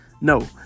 No